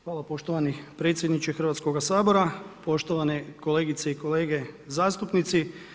Hvala poštovani predsjedniče Hrvatskoga sabora, poštovane kolegice i kolege zastupnici.